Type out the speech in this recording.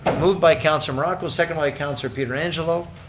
but moved by councilor morocco, seconded by councilor pietrangelo.